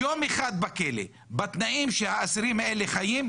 יום אחד בכלא בתנאים שהאסירים האלה חיים,